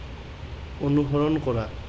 অনুসৰণ কৰা